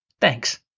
Thanks